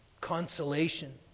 consolation